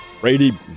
Brady